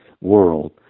world